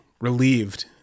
relieved